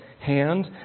hand